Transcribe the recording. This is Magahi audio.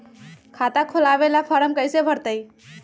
खाता खोलबाबे ला फरम कैसे भरतई?